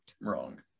wrong